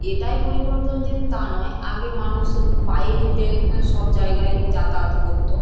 এটাই পরিবর্তন যে তা নয় আগে মানুষ পায়ে হেঁটে সব জায়গায় যাতায়াত করত